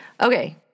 okay